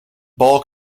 ball